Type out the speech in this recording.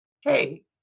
Hey